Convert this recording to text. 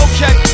Okay